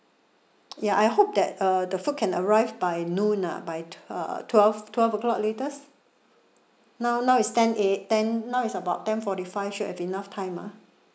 ya I hope that uh the food can arrive by noon ah by twe~ twelve twelve o'clock latest now now is ten a ten now is about ten forty five should have enough time ah